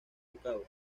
ducado